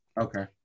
Okay